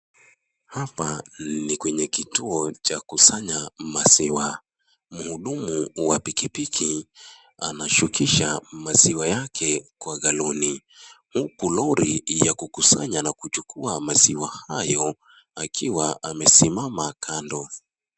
Hapa ni kwenye kituo cha kusanya maziwa. Mhudumu wa pikipiki anashukisha maziwa yake kwa galoni, huku lori ya kukusanya na kuchukua maziwa hayo akiwa amesimama kando.